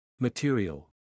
Material